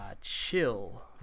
chill